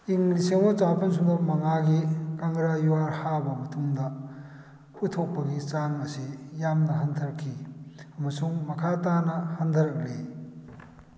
ꯏꯪ ꯂꯤꯁꯤꯡ ꯑꯃ ꯆꯃꯥꯄꯜ ꯁꯨꯞꯅ ꯃꯉꯥꯒꯤ ꯀꯪꯒ꯭ꯔꯥ ꯌꯨꯍꯥꯔ ꯍꯥꯕ ꯃꯇꯨꯡꯗ ꯄꯨꯊꯣꯛꯄꯒꯤ ꯆꯥꯡ ꯑꯁꯤ ꯌꯥꯝꯅ ꯍꯟꯊꯔꯛꯈꯤ ꯑꯃꯁꯨꯡ ꯃꯈꯥ ꯇꯥꯅ ꯍꯟꯗꯔꯛꯂꯤ